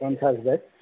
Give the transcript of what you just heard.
পঞ্চাছ বেগ